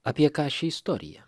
apie ką ši istorija